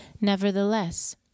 Nevertheless